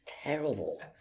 terrible